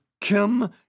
Kim